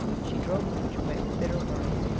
she drove the witch away with bitter words,